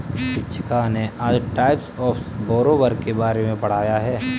शिक्षिका ने आज टाइप्स ऑफ़ बोरोवर के बारे में पढ़ाया है